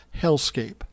hellscape